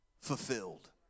fulfilled